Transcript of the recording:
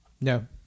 no